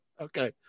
okay